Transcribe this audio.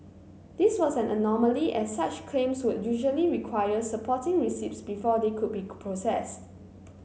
this was an anomaly as such claims would usually require supporting receipts before they could be processed